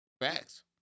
Facts